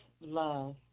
love